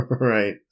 right